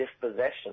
dispossession